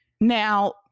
Now